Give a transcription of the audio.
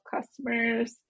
customers